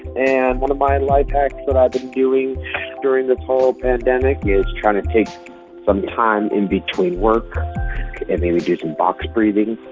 and one of my life hacks that i've been doing during this whole pandemic is trying to take some time in between work and maybe do some box breathing.